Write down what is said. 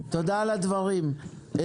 הדברים.